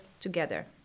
together